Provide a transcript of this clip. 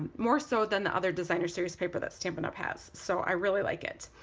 more so than the other designer series paper that stampin' up! has so i really like it.